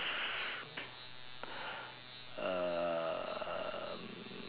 um